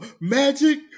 Magic